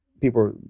people